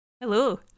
Hello